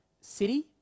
city